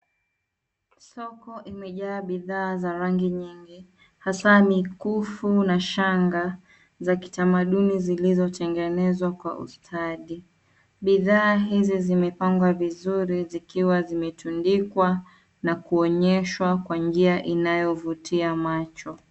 Soko imejaa bidhaa za rangi nyingi hasa mikufu na shanga za kitamanduni zilizotegenezwa kwa ustadi. Bidhaa izi zimepangwa vizuri zikiwa zimetundikwa na kuonyeshwa kwa njia inayovutia macho.